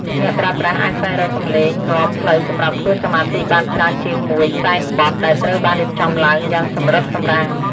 អ្នកប្រើប្រាស់អាចស្វែងរកសំឡេងនាំផ្លូវសម្រាប់ធ្វើសមាធិបានច្រើនជាងមួយសែនបទដែលត្រូវបានរៀបចំឡើងយ៉ាងសម្រិតសម្រាំង។